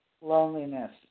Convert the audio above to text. loneliness